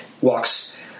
walks